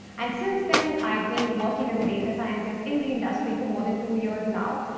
and since then, i've been working as a data scientist in the industry for more than two years now.